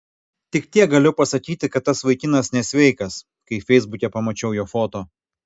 tik tiek galiu pasakyti kad tas vaikinas nesveikas kai feisbuke pamačiau jo foto